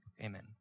amen